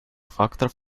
факторов